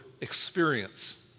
experience